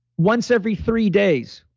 once every three days,